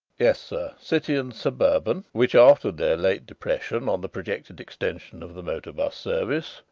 yes, sir. city and suburbans, which after their late depression on the projected extension of the motor bus service,